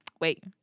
wait